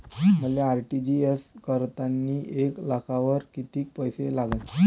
मले आर.टी.जी.एस करतांनी एक लाखावर कितीक पैसे लागन?